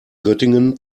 göttingen